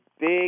big